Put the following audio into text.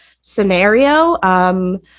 scenario